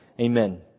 Amen